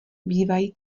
bývají